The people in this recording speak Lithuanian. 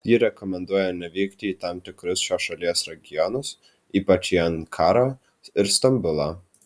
ji rekomenduoja nevykti į tam tikrus šios šalies regionus ypač į ankarą ir stambulą